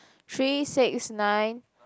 three six nine